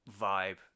vibe